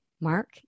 Mark